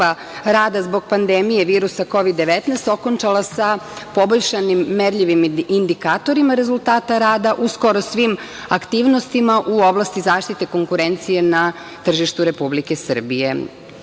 rada zbog pandemija virusa Kovid 19, okončala sa poboljšanim merljivim indikatorima rezultata rada u skoro svim aktivnostima u oblasti zaštite konkurencije na tržištu Republike Srbije. Želim